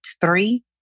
three